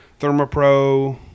Thermopro